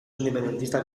independentistak